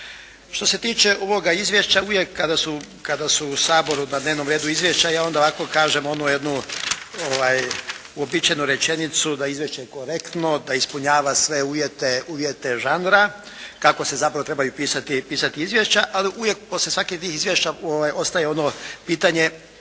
Što se tiče ovoga izvješća uvijek kada su u Saboru na dnevnom redu izvješća, ja onda ovako kažem onu jednu uobičajenu rečenicu, da je izvješće korektno, da ispunjava sve uvjete žanra kako se zapravo i trebaju pisati izvješća. Ali uvijek, poslije svakih tih izvješća ostaje ono pitanje,